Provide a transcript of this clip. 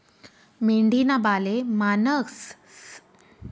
मेंढीना बाले माणसंसकन नैते मशिनकन कापावतस